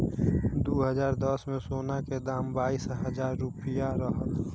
दू हज़ार दस में, सोना के दाम बाईस हजार रुपिया रहल